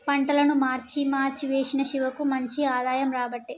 పంటలను మార్చి మార్చి వేశిన శివకు మంచి ఆదాయం రాబట్టే